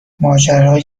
ماجرای